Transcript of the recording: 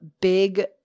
big